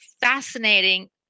fascinating